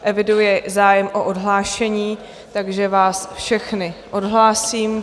Eviduji zájem o odhlášení, takže vás všechny odhlásím.